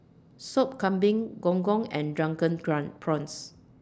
Sop Kambing Gong Gong and Drunken Prawn Prawns